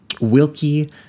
wilkie